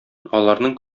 аларның